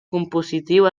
compositiu